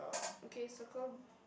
okay circle